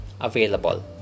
available